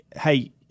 hey